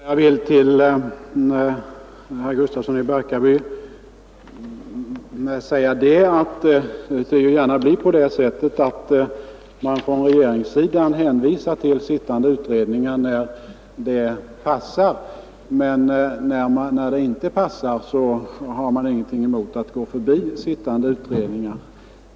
Herr talman! Jag vill till herr Gustafsson i Barkarby säga att det gärna blir så att regeringssidan hänvisar till sittande utredningar när det passar, men när det inte passar har man ingenting emot att gå förbi dem.